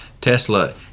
Tesla